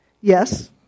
Yes